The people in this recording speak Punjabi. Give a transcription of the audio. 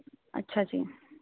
ਅੱਛਾ ਜੀ